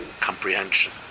comprehension